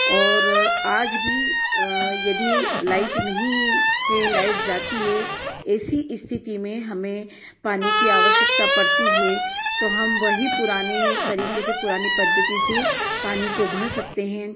और आज भी यदि लाइट नहीं है लाइट जाती है ऐसी स्थिति में हमें पानी कि आवश्यकता पड़ती है तो हम वही पुराने तरीके से पुरानी पद्धति से पानी को भर सकते हैं